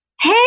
hey